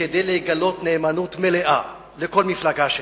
כדי לגלות נאמנות מלאה לכל מפלגה שהיא.